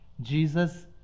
Jesus